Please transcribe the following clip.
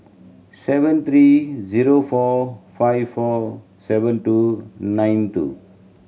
seven three zero four five four seven two nine two